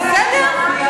בסדר.